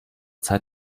zeit